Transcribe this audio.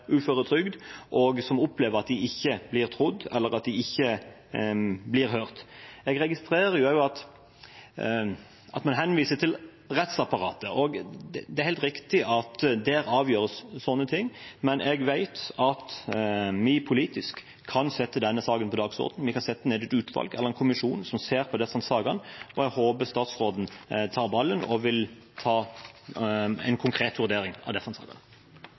opplever at de ikke blir trodd eller hørt. Jeg registrerer også at man henviser til rettsapparatet. Det er helt riktig at sånne ting avgjøres der, men jeg vet at vi politisk kan sette denne saken på dagsordenen. Vi kan sette ned et utvalg eller en kommisjon som ser på disse sakene. Jeg håper statsråden tar ballen og vil ta en konkret vurdering av